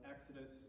Exodus